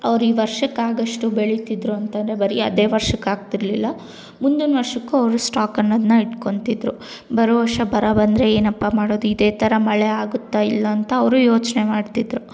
ಅವ್ರು ಈ ವರ್ಷಕ್ಕೆ ಆಗೋಷ್ಟು ಬೆಳಿತಿದ್ರು ಅಂತಂದ್ರೆ ಬರೀ ಅದೇ ವರ್ಷಕ್ಕೆ ಆಗ್ತಿರ್ಲಿಲ್ಲ ಮುಂದಿನ ವರ್ಷಕ್ಕೂ ಅವರು ಸ್ಟಾಕ್ ಅನ್ನೋದನ್ನ ಇಟ್ಕೊಳ್ತಿದ್ರು ಬರೋ ವರ್ಷ ಬರ ಬಂದರೆ ಏನಪ್ಪ ಮಾಡೋದು ಇದೇ ಥರಾ ಮಳೆ ಆಗುತ್ತಾ ಇಲ್ಲಾಂತ ಅವರು ಯೋಚನೆ ಮಾಡ್ತಿದ್ರು